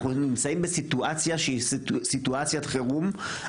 אנחנו נמצאים בסיטואציה שהיא סיטואציית חירום.